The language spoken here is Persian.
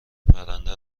پرنده